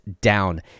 down